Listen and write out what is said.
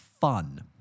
fun